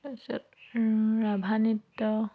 তাৰপিছত ৰাভা নৃত্য